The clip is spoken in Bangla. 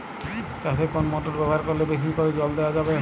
চাষে কোন মোটর ব্যবহার করলে বেশী করে জল দেওয়া যাবে?